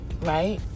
right